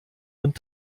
und